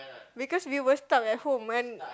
because we were stuck at home and